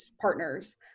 partners